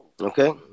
Okay